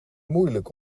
moeilijk